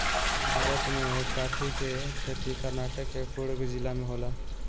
भारत में काफी के खेती कर्नाटक के कुर्ग जिला में होला